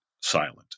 silent